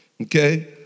Okay